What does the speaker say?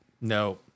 No